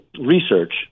research